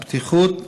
הבטיחות,